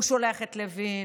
הוא שולח את לוין,